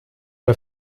der